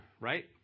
right